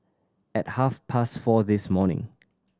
at half past four this morning